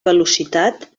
velocitat